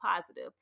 positive